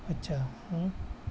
اچھا ہوں